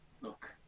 look